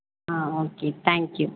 ah okay thank you